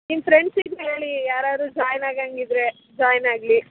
ನಿಮ್ಮ ಫ್ರೆಂಡ್ಸಿಗೂ ಹೇಳಿ ಯಾರಾದ್ರು ಜಾಯ್ನ್ ಆಗೋಂಗಿದ್ರೆ ಜಾಯ್ನ್ ಆಗಲಿ